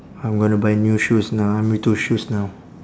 I'm gonna buy new shoes now I'm into shoes now